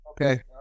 Okay